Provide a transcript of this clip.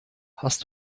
hast